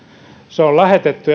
se on lähetetty